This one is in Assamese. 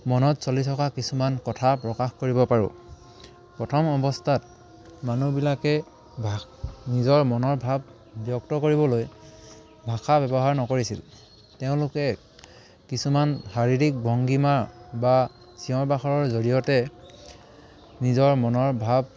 মনত চলি থকা কিছুমান কথা প্ৰকাশ কৰিব পাৰোঁ প্ৰথম অৱস্থাত মানুহবিলাকে ভাষা নিজৰ মনৰ ভাৱ ব্যক্ত কৰিবলৈ ভাষা ব্যৱহাৰ নকৰিছিল তেওঁলোকে কিছুমান শাৰীৰিক ভংগীমা বা চিঞৰ বাখৰৰ জৰিয়তে নিজৰ মনৰ ভাৱ